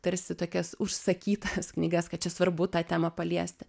tarsi tokias užsakytas knygas kad čia svarbu tą temą paliesti